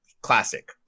Classic